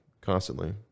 constantly